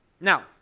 Now